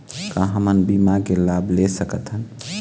का हमन बीमा के लाभ ले सकथन?